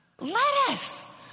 lettuce